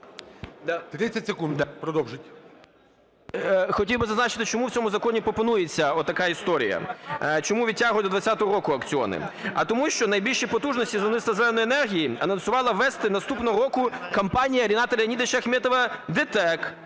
30 секунд продовжити. ЛЕВЧЕНКО Ю.В. Хотів би зазначити, чому в цьому законі пропонується от така історія, чому відтягують до 2020 року аукціони. А тому що найбільші потужності з виробництва "зеленої" енергії анонсувала ввести наступного року компанія Ріната Леонідовича Ахметова ДТЕК.